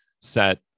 set